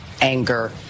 anger